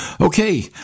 Okay